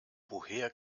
woher